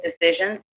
decisions